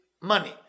money